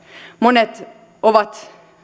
monet ovat